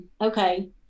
okay